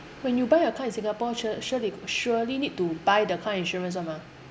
when you buy a car in Singapore sure~ surely surely need to buy the car insurance [one] mah